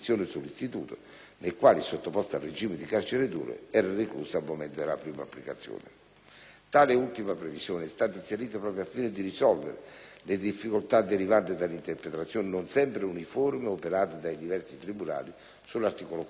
nel quale il sottoposto al regime di carcere duro era recluso al momento della prima applicazione. Tale ultima previsione è stata inserita proprio al fine di risolvere le difficoltà derivanti dall'interpretazione, non sempre uniforme, operata dai diversi tribunali sull'articolo 41-*bis*.